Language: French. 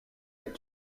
est